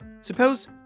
Suppose